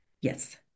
Yes